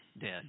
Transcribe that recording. dead